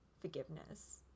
forgiveness